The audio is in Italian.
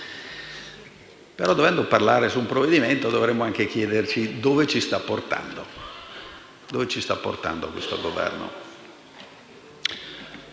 Dovendo parlare però del provvedimento, dovremmo anche chiederci dove ci sta portando questo Governo.